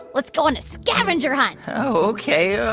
let's go on a scavenger hunt oh, ok.